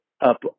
up